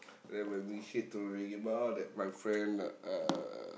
then when we hit to Reggae-Bar that my friend uh